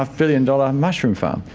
billion but and mushroom farm.